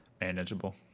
manageable